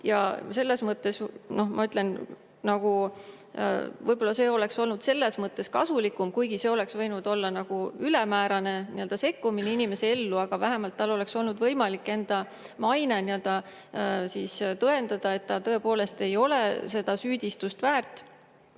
on. Selles mõttes, noh, võib-olla see oleks olnud kasulikum, kuigi see oleks võinud olla ülemäärane sekkumine inimese ellu, aga vähemalt tal oleks olnud võimalik enda maine nii-öelda tõendada, et ta tõepoolest ei ole seda süüdistust väärt.